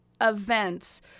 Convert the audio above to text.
event